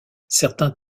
certains